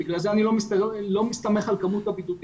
לכן אנילא מסתמך על כמות הבידודים.